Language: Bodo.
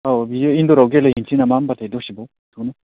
औ बियो इन्दरआव गेलेहैसै नामा होमबाथाय दसेबाव थौनो